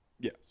Yes